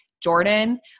Jordan